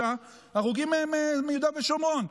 53 הרוגים מיהודה ושומרון.